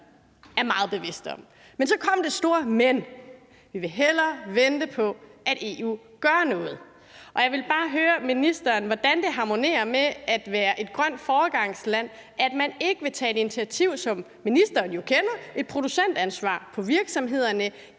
er meget bevidst om. Men så kom det store »men«: Vi vil hellere vente på, at EU gør noget. Jeg vil bare høre ministeren, hvordan det harmonerer med at være et grønt foregangsland, at man ikke vil tage et initiativ, som ministeren jo kender, et producentansvar for virksomhederne